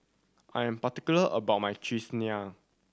I am particular about my cheese